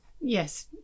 Yes